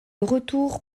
retour